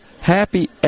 Happy